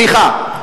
סליחה,